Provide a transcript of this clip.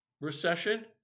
recession